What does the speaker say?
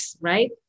right